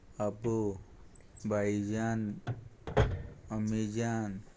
अब्बू बायीजान अम्मीजान